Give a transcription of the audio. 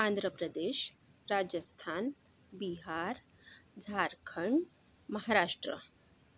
Andhra Pradesh Rajasthan Bihar Jharkhand Maharashtra